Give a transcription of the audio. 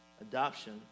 adoption